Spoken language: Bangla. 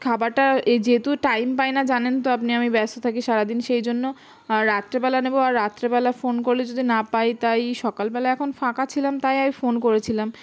খাবারটা যেহেতু টাইম পাই না জানেন তো আপনি আমি ব্যস্ত থাকি সারাদিন সেই জন্য রাত্রেবেলা নেবো আর রাত্রেবেলা ফোন করলে যদি না পাই তাই সকালবেলা এখন ফাঁকা ছিলাম তাই আমি ফোন করেছিলাম